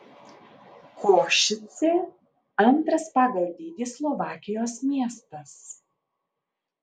košicė antras pagal dydį slovakijos miestas